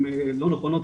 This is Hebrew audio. הם לא נכונות,